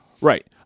right